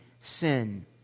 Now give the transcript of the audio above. sin